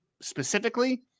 specifically